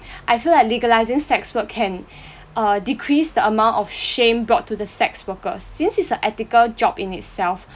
I feel like legalising sex work can uh decrease the amount of shame brought to the sex workers since it's a ethical job in itself